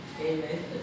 Amen